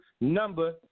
number